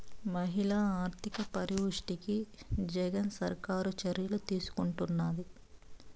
మహిళల ఆర్థిక పరిపుష్టికి జగన్ సర్కారు చర్యలు తీసుకుంటున్నది